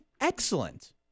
excellent